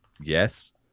yes